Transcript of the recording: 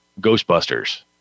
Ghostbusters